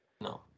No